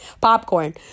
Popcorn